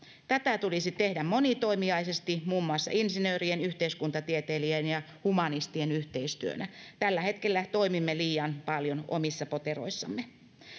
tätä tulisi tehdä monitoimijaisesti muun muassa insinöörien yhteiskuntatieteilijöiden ja humanistien yhteistyönä tällä hetkellä toimimme liian paljon omissa poteroissamme